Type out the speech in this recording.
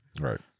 Right